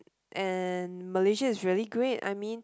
and Malaysia is really great I mean